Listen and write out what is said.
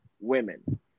women